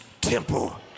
temple